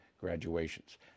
graduations